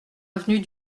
avenue